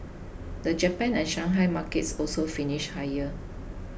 the Japan and Shanghai markets also finish higher